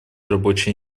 рабочие